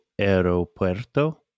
aeropuerto